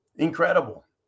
Incredible